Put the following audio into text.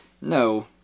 No